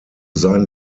seinen